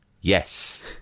yes